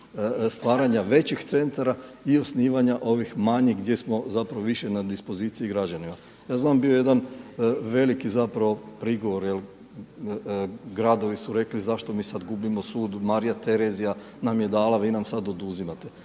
stvaranja većih centara i osnivanja ovih manjih gdje smo više na dispoziciji građanima. Ja znam bio je jedan veliki prigovor jer gradovi su rekli zašto mi sada gubimo sud, Marija Terezija nam je dala vi nam sada oduzimate,